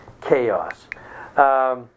chaos